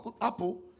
Apple